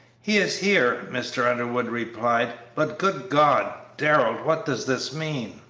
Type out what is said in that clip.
he is here, mr. underwood replied but, good god! darrell, what does this mean?